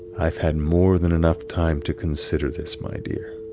i've had more than enough time to consider this, my dear